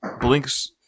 Blink's